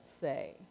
say